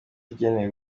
ugenewe